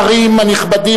השרים הנכבדים,